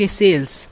sales